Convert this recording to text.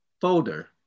folder